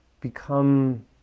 become